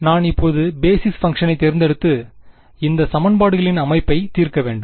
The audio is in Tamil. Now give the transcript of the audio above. நான் இப்பொழுது பேசிஸ் பன்க்ஷனை தேர்ந்தெடுத்து இந்த சமன்பாடுகளின் அமைப்பை தீர்க்க வேண்டும்